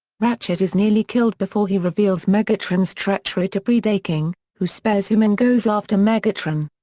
ratchet is nearly killed before he reveals megatron's treachery to predaking, who spares him and goes after megatron.